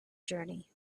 journey